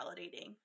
validating